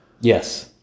Yes